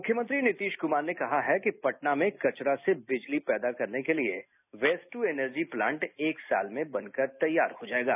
मुख्यमंत्री नीतीश कुमार ने कहा है कि पटना में कचरा से बिजली पैदा करने के लिए वेस्ट टू एनर्जी प्लांट एक साल में बन कर तैयार हो जायेगा